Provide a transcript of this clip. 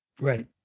Right